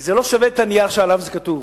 זה לא שווה את הנייר שעליו זה כתוב,